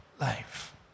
life